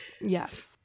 yes